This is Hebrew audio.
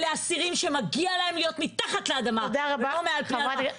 אלה אסירים שמגיע להם להיות מתחת לאדמה ולא מעל פני האדמה.